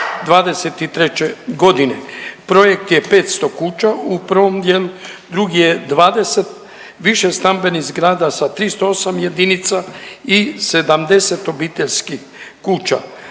'23.g.. Projekt je 500 kuća u prvom dijelu, drugi je 20 višestambenih zgrada sa 308 jedinica i 70 obiteljskih kuća.